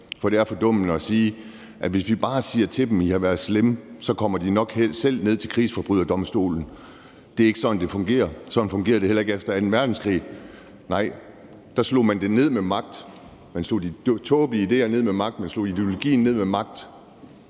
Bach står heroppe og siger, at hvis vi bare siger til dem, at de har været slemme, kommer de nok selv ned til krigsforbryderdomstolen. Det er ikke sådan, det fungerer. Sådan fungerede det heller ikke efter anden verdenskrig. Nej, der slog man det ned med magt. Man slog de tåbelige idéer ned med magt. Man slog ideologien ned med magt,